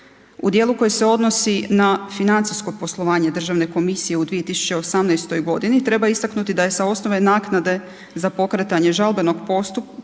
U dijelu koji se odnosi na financijsko poslovanje državne komisije u 2018. godini treba istaknuti da je sa osnove naknade za pokretanje žalbenog postupka